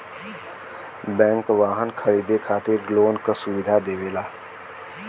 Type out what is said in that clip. bank वाहन खरीदे खातिर लोन क सुविधा देवला